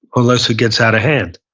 unless it gets out of hand.